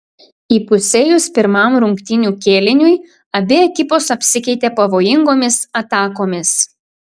įpusėjus pirmam rungtynių kėliniui abi ekipos apsikeitė pavojingomis atakomis